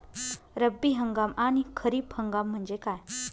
रब्बी हंगाम आणि खरीप हंगाम म्हणजे काय?